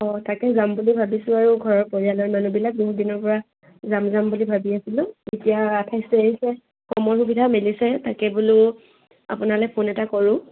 অঁ তাকে যাম বুলি ভাবিছোঁ আৰু ঘৰৰ পৰিয়ালৰ মানুহবিলাক বহু দিনৰ পৰা যাম যাম বুলি ভাবি আছিলোঁ এতিয়া আঠাইছ তাৰিখে সময়ৰ সুবিধা মেলিছে তাকে বোলো আপোনালে ফোন এটা কৰোঁ